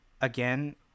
again